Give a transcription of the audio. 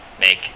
make